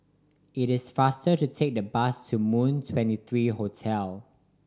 it is faster to take the bus to Moon Twenty three Hotel